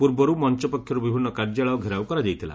ପୂର୍ବରୁ ମଞ ପକ୍ଷରୁ ବିଭିନୁ କାର୍ଯ୍ୟାଳୟ ଘେରାଉ କରାଯାଇଥିଲା